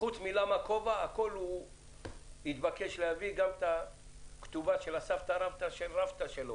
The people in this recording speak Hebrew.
חוץ מ"למה כובע" הוא התבקש להביא גם את הכתובה של הסבתא רבתא שלו